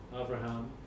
Abraham